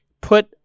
put